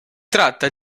tratta